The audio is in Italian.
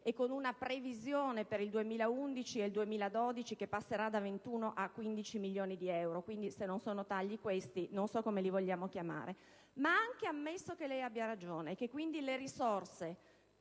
con una previsione per il 2011 e il 2012 che passerà da 21 a 15 milioni di euro: se non sono tagli questi, non so come li vogliamo chiamare! Ma anche ammesso che lei abbia ragione, e che quindi le risorse